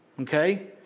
okay